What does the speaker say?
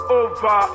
over